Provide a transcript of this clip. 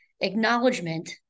acknowledgement